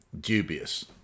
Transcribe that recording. dubious